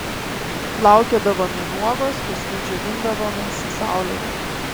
plaukiodavome nuogos paskui džiovindavomės saulėje